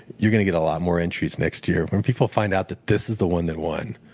you're going to get a lot more entries next year. when people find out that this is the one that won,